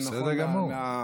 בסדר גמור.